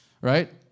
right